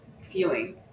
feeling